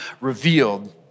revealed